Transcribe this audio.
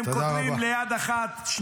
הם כותבים ביד אחת -- תודה רבה.